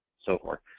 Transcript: so forth.